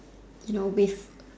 you know with